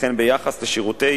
וכן ביחס לשירותי